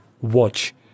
Watch